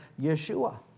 Yeshua